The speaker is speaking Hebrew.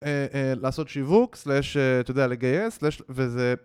לעשות שיווק/ אתה יודע.. לגייס/ וזה...